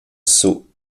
sot